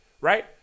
right